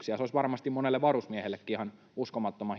Se olisi varmasti monelle varusmiehellekin ihan uskomattoman